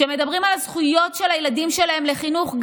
כשמדברים על הזכויות של הילדים שלהם לחינוך,